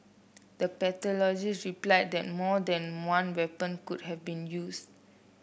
the pathologist replied that more than one weapon could have been used